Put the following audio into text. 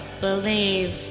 believe